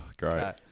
Great